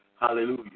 Hallelujah